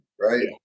right